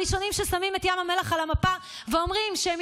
הראשונים ששמים את ים המלח על המפה ואומרים שהם